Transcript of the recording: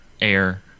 air